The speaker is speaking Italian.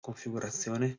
configurazione